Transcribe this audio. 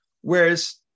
Whereas